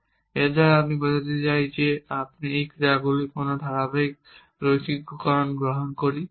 এবং এর দ্বারা আমরা বোঝাতে চাই যে আমরা সেই ক্রিয়াগুলির কোনও ধারাবাহিক রৈখিককরণ গ্রহণ করি